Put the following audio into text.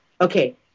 okay